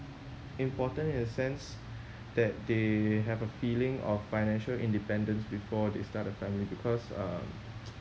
important in the sense that they have a feeling of financial independence before they start a family because um